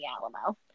Alamo